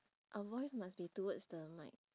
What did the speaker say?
our voice must be towards the mic